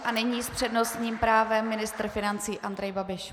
A nyní s přednostním právem ministr financí Andrej Babiš.